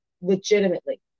legitimately